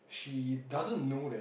she doesn't know that